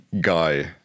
guy